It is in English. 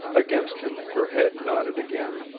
against him her head nodded again.